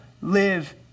live